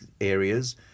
areas